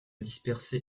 dispersé